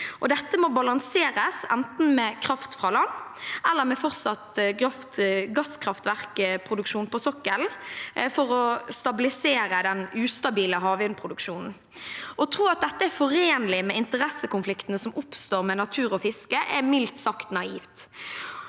dette må balanseres, enten med kraft fra land eller med fortsatt gasskraftverkproduksjon på sokkelen, for å stabilisere den ustabile havvindproduksjonen. Å tro at dette er forenlig med interessekonfliktene som oppstår med natur og fiske, er mildt sagt naivt.